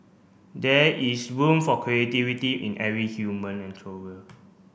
there is room for creativity in every human